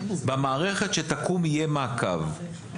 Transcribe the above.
במערכת שתקום יהיה מעקב,